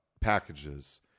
packages